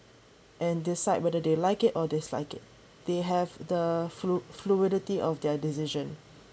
and decide whether they like it or dislike it they have the flui~ fluidity of their decision